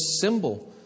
symbol